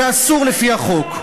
זה אסור לפי החוק.